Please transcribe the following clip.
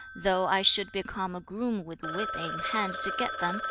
though i should become a groom with whip in hand to get them,